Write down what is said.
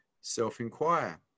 self-inquire